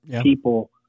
people